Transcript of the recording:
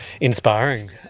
inspiring